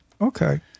Okay